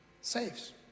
saves